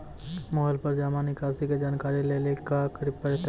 Mobile पर जमा निकासी के जानकरी लेली की करे परतै?